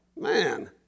man